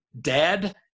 dad